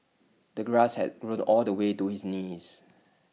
the grass had grown all the way to his knees